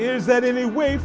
is that any way